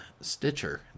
Stitcher